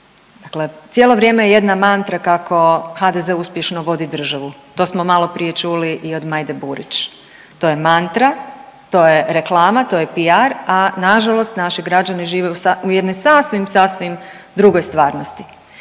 Dakle, cijelo vrijeme jedna mantra kako HDZ uspješno vodi državu, to smo maloprije čuli i od Majde Burić. To je mantra, to je reklama, to je PR, a nažalost naši građani žive u jednoj sasvim, sasvim drugoj stvarnosti